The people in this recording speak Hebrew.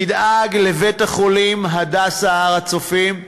תדאג לבית-החולים "הדסה הר-הצופים",